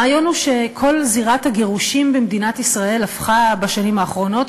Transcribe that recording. הרעיון הוא שכל זירת הגירושים במדינת ישראל הפכה בשנים האחרונות,